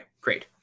great